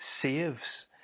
saves